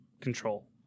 control